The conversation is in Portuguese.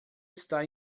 está